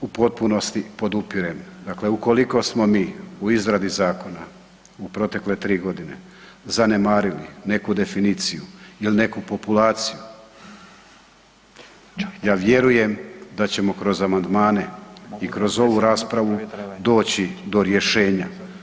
U potpunosti podupirem, dakle ukoliko smo mi u izradi zakona u protekle 3.g. zanemarili neku definiciju il neku populaciju ja vjerujem da ćemo kroz amandmane i kroz ovu raspravu doći do rješenja.